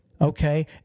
okay